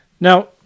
Now